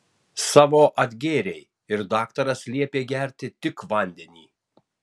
savo atgėrei ir daktaras liepė gerti tik vandenį